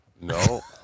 No